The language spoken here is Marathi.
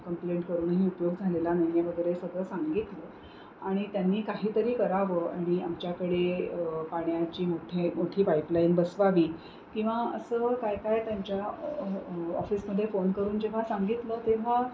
कंप्लेंट करूनही उपयोग झालेला नाही आहे वगैरे सगळं सांगितलं आणि त्यांनी काहीतरी करावं आणि आमच्याकडे पाण्याची मोठे मोठी पाईपलाईन बसवावी किंवा असं काय काय त्यांच्या ऑफिसमध्ये फोन करून जेव्हा सांगितलं तेव्हा